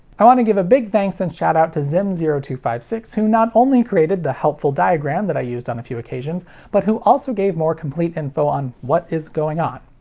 i want to give a big thanks and shoutout to z i m zero two five six who not only created the helpful diagram that i used on a few occasions but who also gave more complete info on what is going on.